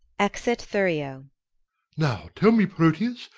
exit thurio now tell me, proteus,